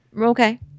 Okay